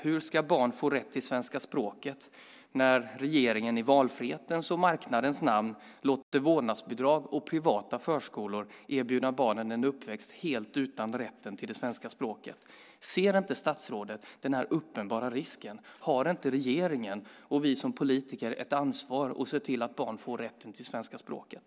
Hur ska barn få rätt till svenska språket när regeringen i valfrihetens och marknadens namn låter vårdnadsbidrag och privata förskolor erbjuda barnen en uppväxt helt utan rätten till det svenska språket? Ser inte statsrådet den uppenbara risken? Har inte regeringen och vi som politiker ett ansvar att se till att barn får rätten till svenska språket?